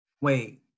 wait